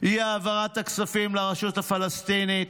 אי-העברת הכספים לרשות הפלסטינית,